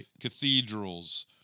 cathedrals